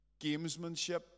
gamesmanship